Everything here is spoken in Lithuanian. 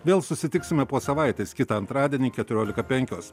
vėl susitiksime po savaitės kitą antradienį keturiolika penkios